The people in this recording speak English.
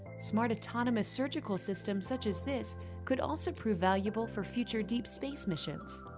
smart autonomous surgical systems such as this could also prove valuable for future deep space missions.